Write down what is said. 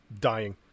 dying